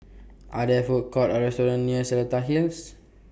Are There Food Courts Or restaurants near Seletar Hills